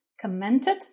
commented